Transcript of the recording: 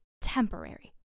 temporary